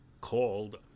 called